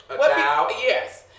Yes